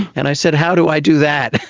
and i said, how do i do that? and